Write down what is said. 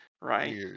Right